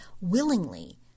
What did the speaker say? willingly